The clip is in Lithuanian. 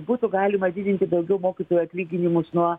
būtų galima didinti daugiau mokytojų atlyginimus nuo